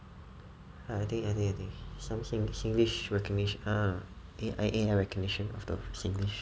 I think I think I think some sing~ singlish recognition err A A_I recognition of the singlish